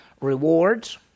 rewards